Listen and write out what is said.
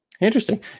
Interesting